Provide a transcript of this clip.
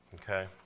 okay